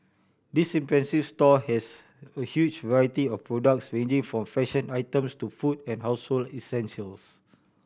this impressive store has a huge variety of products ranging from fashion items to food and household essentials